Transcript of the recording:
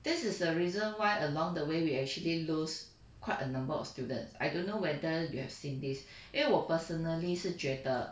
this is the reason why along the way we actually lose quite a number of students I don't know whether you have seen this 因为我 personally 是觉得